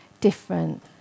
different